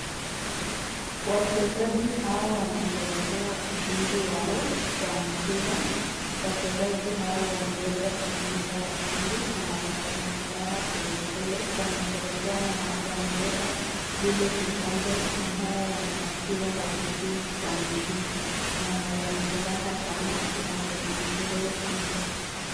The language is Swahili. Wachezaji hawa wanasherekea ushindi wao wa mpira wachezaji hawa wanaweza kuebuka ushindi na wakona furaha tele tele , wanasherekea na wamebeba like kikombe ambao wanapatiwa wakati wameshinda na wana furaha sana wakona sherehe kubwa.